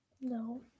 No